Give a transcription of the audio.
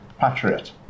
patriot